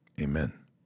Amen